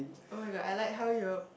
[oh]-my-god I like how your